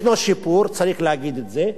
יש שיפור, צריך לומר את זה,